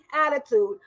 attitude